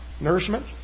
nourishment